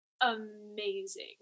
amazing